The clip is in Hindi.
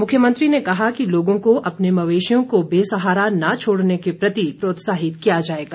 मुख्यमंत्री ने कहा कि लोगों को अपने मवेशियों को बेसहारा न छोड़ने के प्रति प्रोत्साहित किया जाएगा